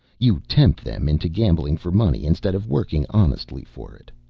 you tempt them into gambling for money instead of working honestly for it.